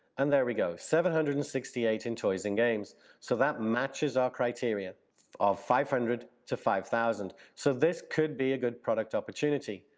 and there we go, seven hundred and sixty eight in toys and games so that matches our criteria of five hundred to five thousand, so this could be a good product opportunity.